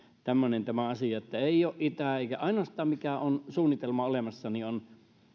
tämmöinen tämä asia että ei ole itää eikä ainoastaan mikä suunnitelma on olemassa on